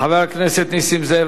חבר הכנסת נסים זאב,